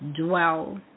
dwell